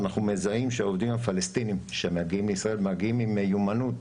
אנחנו מזהים שהעובדים הפלסטינים שמגיעים מישראל מגיעים עם מיומנות